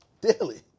daily